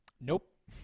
Nope